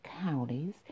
counties